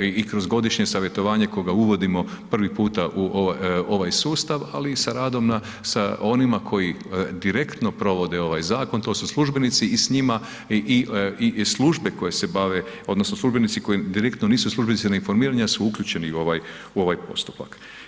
i kroz godišnje savjetovanje koga uvodimo prvi puta u ovaj sustav, ali i sa radom na, sa onima koji direktno provode ovaj zakon to su službenici i s njima i službe koje se bave odnosno službenici koji direktno nisu službenici na informiranju ali su uključeni u ovaj, u ovaj postupak.